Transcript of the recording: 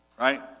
Right